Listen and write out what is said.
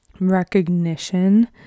recognition